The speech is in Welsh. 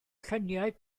lluniau